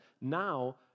Now